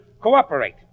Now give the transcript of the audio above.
cooperate